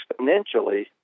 exponentially